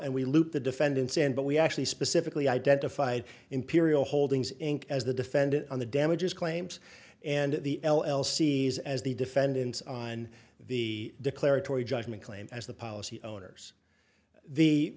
and we looped the defendants in but we actually specifically identified imperial holdings inc as the defendant on the damages claims and the l l c is as the defendants on the declaratory judgment claim as the policy owners the